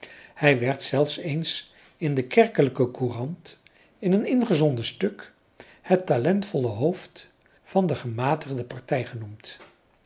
hij werd zelfs eens in de kerkelijke courant in een ingezonden stuk het talentvolle hoofd van de gematigde